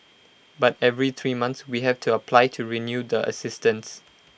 but every three months we have to apply to renew the assistance